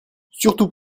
surtout